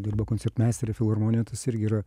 dirba koncertmeistere filharmonijo tas irgi yra